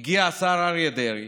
הגיע השר אריה דרעי